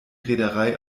reederei